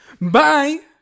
bye